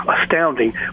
astounding